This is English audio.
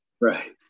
Right